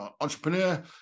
entrepreneur